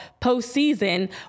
postseason